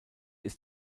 ist